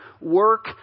work